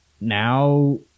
now